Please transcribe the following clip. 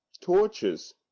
torches